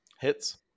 Hits